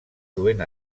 duent